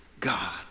God